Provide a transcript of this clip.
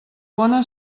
bona